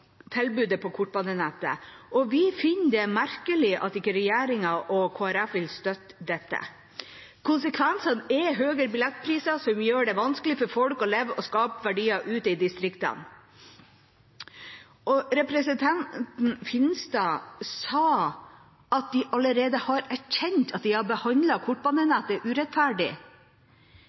tilbudet på kortbanenettet, og vi finner det merkelig at ikke regjeringspartiene og Kristelig Folkeparti vil støtte dette. Konsekvensene er høyere billettpriser, som gjør det vanskelig for folk å leve og skape verdier ute i distriktene. Representanten Finstad sa at de allerede har erkjent at de har behandlet kortbanenettet urettferdig.